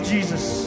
Jesus